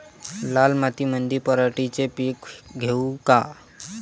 लाल मातीमंदी पराटीचे पीक घेऊ का?